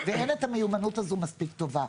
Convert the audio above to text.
ואין את המיומנות הזאת מספיק טוב.